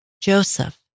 Joseph